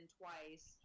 twice